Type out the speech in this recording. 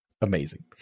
amazing